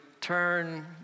turn